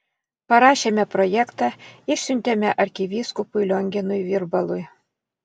parašėme projektą išsiuntėme arkivyskupui lionginui virbalui